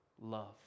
Love